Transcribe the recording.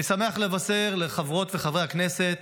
אני שמח לבשר לחברות וחברי הכנסת